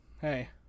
Hey